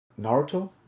Naruto